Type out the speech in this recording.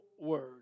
Word